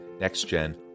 Next-Gen